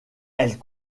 elle